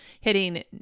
hitting